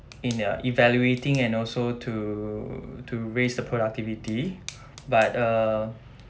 in their evaluating and also to to raise the productivity but err